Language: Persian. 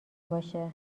باشه